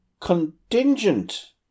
contingent